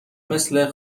مثل